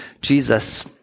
Jesus